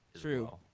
True